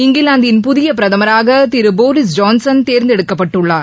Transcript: இங்கிலாந்தின் புதிய பிரதமராக திரு போரிஸ் ஜான்சன் தேர்ந்தெடுக்கப்பட்டுள்ளார்